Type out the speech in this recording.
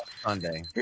Sunday